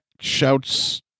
shouts